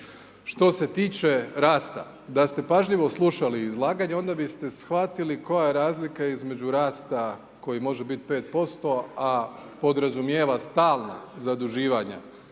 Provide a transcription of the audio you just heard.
Što se tiče rasta, da ste pažljivo slušali izlaganja, onda biste shvatili koja je razlika između rasta koji može biti 5%, a podrazumijeva stalna zaduživanja